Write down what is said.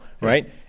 right